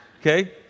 okay